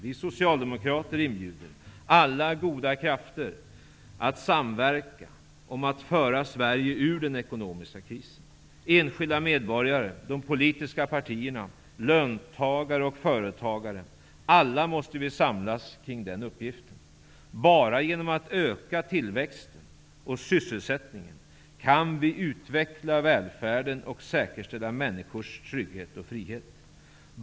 Vi socialdemokrater inbjuder alla goda krafter att samverka om att föra Sverige ur den ekonomiska krisen. Enskilda medborgare, de politiska partierna, löntagare och företagare -- alla måste vi samlas kring den uppgiften. Bara genom att öka tillväxten och sysselsättningen kan vi utveckla välfärden och säkerställa människors trygghet och frihet.